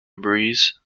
breeze